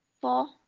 four